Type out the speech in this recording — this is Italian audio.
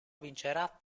vincerà